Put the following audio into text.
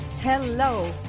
Hello